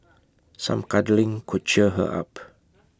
some cuddling could cheer her up